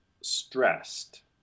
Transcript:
stressed